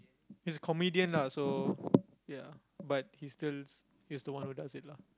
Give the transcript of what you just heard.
he's a comedian lah so ya but he's the he's the one who does it lah